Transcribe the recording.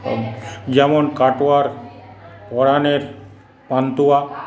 যেমন কাটোয়ার পরাণের পান্তুয়া